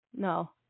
no